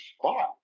spot